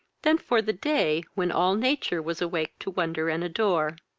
than for the day, when all nature was awake to wonder and adore.